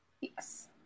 yes